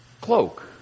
cloak